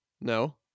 no